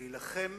להילחם